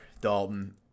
Dalton